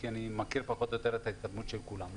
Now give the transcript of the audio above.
אני מכיר פחות או יותר את ההתקדמות של כולם.